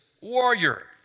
warrior